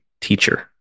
teacher